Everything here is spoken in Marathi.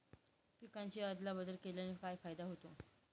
पिकांची अदला बदल केल्याने काय फायदा होतो?